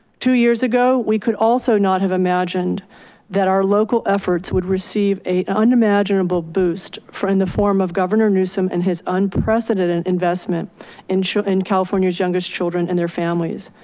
two years ago, we could also not have imagined that our local efforts would receive a unimaginable boost for in the form of governor newsom and his unprecedented investment and in california's youngest children and their families.